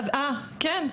כן,